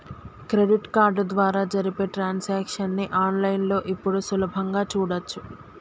credit card ద్వారా జరిపే transactions ని ఆన్ లైన్ లో ఇప్పుడు సులభంగా చూడచ్చు